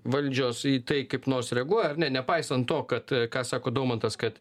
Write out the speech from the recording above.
valdžios į tai kaip nors reaguoja ar ne nepaisant to kad ką sako daumantas kad